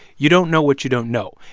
you don't know what you don't know.